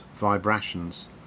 vibrations